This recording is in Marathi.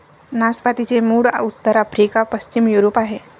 नाशपातीचे मूळ उत्तर आफ्रिका, पश्चिम युरोप आहे